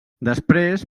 després